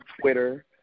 Twitter